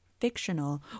fictional